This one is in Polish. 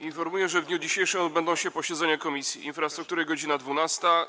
Informuję, że w dniu dzisiejszym odbędą się posiedzenia Komisji: - Infrastruktury - godz. 12,